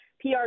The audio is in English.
PR